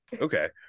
Okay